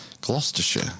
Gloucestershire